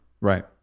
Right